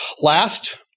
Last